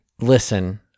listen